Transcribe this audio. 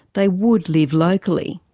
they would live locally.